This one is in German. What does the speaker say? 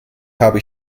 habe